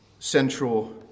central